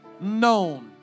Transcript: known